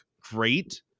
great